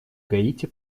гаити